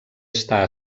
està